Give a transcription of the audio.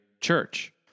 church